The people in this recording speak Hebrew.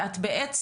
את בדרך